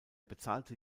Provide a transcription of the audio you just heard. bezahlte